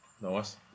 Nice